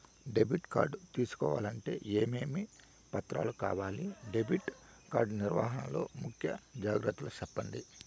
Debit card తీసుకోవాలంటే ఏమేమి పత్రాలు కావాలి? డెబిట్ కార్డు నిర్వహణ లో ముఖ్య జాగ్రత్తలు సెప్పండి?